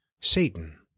Satan